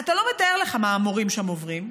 אתה לא מתאר לך מה המורים שם עוברים.